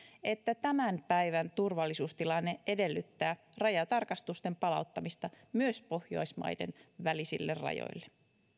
että tämän päivän turvallisuustilanne edellyttää rajatarkastusten palauttamista myös pohjoismaiden välisille rajoille